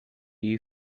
you